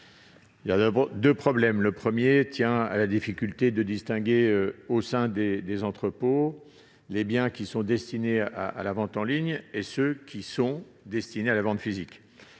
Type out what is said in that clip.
Il y a deux problèmes. Le premier tient à la difficulté de distinguer, au sein des entrepôts, les biens qui sont destinés à la vente en ligne et ceux qui sont destinés à la vente physique.